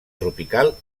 tropical